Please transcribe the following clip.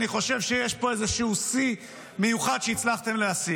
אני חושב שיש פה איזשהו שיא מיוחד שהצלחתם להשיג.